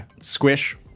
Squish